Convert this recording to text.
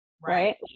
right